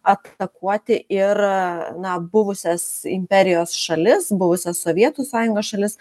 atakuoti ir na buvusias imperijos šalis buvusias sovietų sąjungos šalis